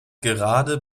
gerade